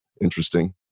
Interesting